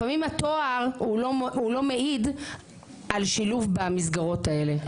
לפעמים התואר הוא לא הוא לא מעיד על שילוב במסגרות האלה.